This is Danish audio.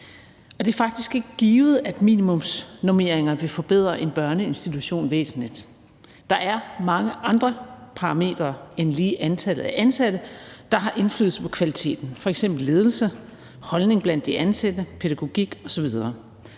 det er faktisk ikke givet, at minimumsnormeringer vil forbedre en børneinstitution væsentligt. Der er mange andre parametre end lige antallet af ansatte, der har indflydelse på kvaliteten, f.eks. ledelse, holdninger blandt de ansatte, pædagogik osv.